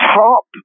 top